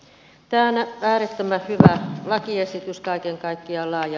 tämä on äärettömän hyvä lakiesitys kaiken kaikkiaan laaja